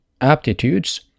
aptitudes